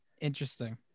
Interesting